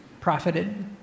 profited